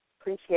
Appreciate